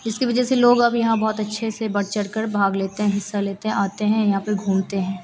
जिसकी वज़ह से लोग अब यहाँ बहुत अच्छे से बढ़ चढ़कर भाग लेते हैं हिस्सा लेते आते हैं यहाँ पर आते हैं घूमते हैं